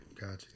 Gotcha